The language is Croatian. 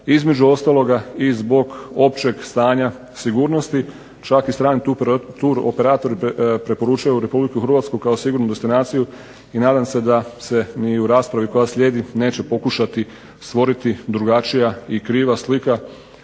između ostaloga i zbog općeg stanja sigurnosti. Čak i strani turoperatori preporučuju Republiku Hrvatsku kao sigurnu destinaciju i nadam se da se ni u raspravi koja slijedi neće pokušati stvoriti drugačija i kriva slika.